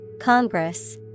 Congress